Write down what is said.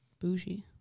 Bougie